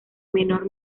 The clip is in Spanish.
menor